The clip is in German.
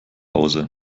hause